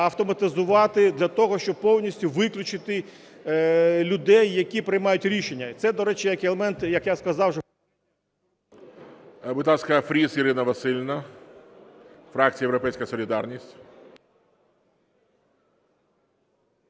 автоматизувати для того, щоб повністю виключити людей, які приймають рішення. Це, до речі, як елемент, як я сказав вже... ГОЛОВУЮЧИЙ. Будь ласка, Фріз Ірина Василівна, фракція "Європейська солідарність".